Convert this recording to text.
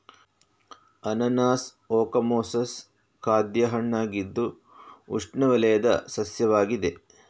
ಅನಾನಸ್ ಓಕಮೊಸಸ್ ಖಾದ್ಯ ಹಣ್ಣಾಗಿದ್ದು ಉಷ್ಣವಲಯದ ಸಸ್ಯವಾಗಿದೆ